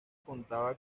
contaba